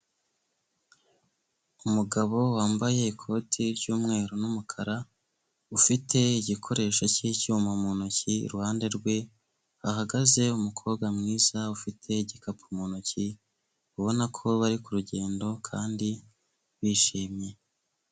Umugabo wambaye ikoti ry'umweru n'umukara ufite igikoresho cy'icyuma mu ntoki iruhande rwe hagaze umukobwa mwiza ufite igikapu mu ntoki ubona ko bari ku rugendo kandi bishimye.